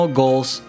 goals